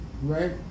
Right